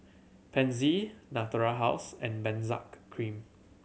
Pansy Natura House and Benzac Cream